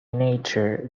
nature